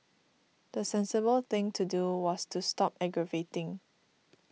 the sensible thing to do was to stop aggravating